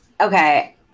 Okay